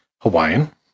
Hawaiian